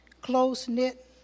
close-knit